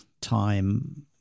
time